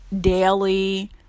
daily